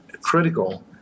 critical